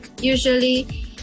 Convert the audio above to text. usually